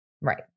Right